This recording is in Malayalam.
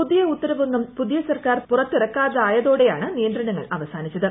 പുതിയ ഉത്തരവൊന്നും പുതിയ സർക്കാർ പുറത്തിറക്കാതായതോടെയാണ് നിയന്ത്രണങ്ങൾ അവസാനിച്ചത്